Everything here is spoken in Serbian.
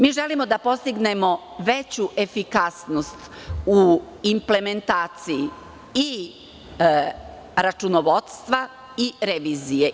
Mi želimo da postignemo veću efikasnost u implementaciji i računovodstva i revizije.